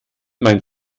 mein